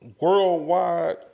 worldwide